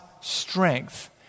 strength